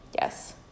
Yes